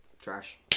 trash